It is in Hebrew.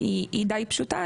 היא די פשוטה,